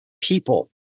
people